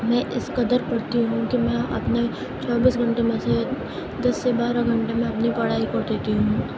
میں اس قدر پڑھتی ہوں کہ میں اپنے چوبیس گھنٹے میں سے دس سے بارہ گھنٹے میں اپنی پڑھائی کو دیتی ہوں